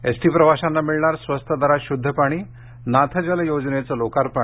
ST प्रवाशांना मिळणार स्वस्त दरात शुद्ध पाणी नाथजल योजनेचं लोकार्पण